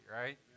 right